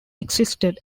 existed